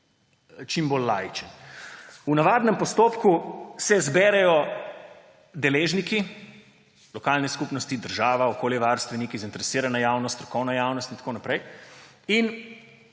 čim bolj laičen. V navadnem postopku se zberejo deležniki, lokalne skupnosti, država, okoljevarstveniki, zainteresirana javnost, strokovna javnost in tako naprej, in